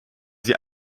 sie